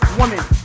woman